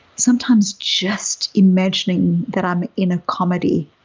sometimes just imagining that i'm in a comedy,